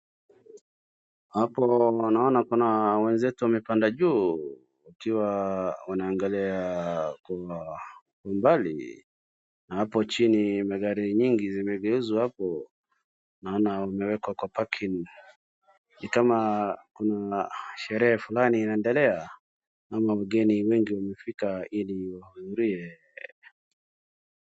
Hapo naona kuna wenzetu wamepanda juu wakiwa wanaangalia kwa umbali na hapo chini magari nyingi zimegeuzwa hapo naona wamewekwa kwa parking ni kama kuna sherehe fulani inaendelea ama wangeni wengi wamefika ili wahudhurie.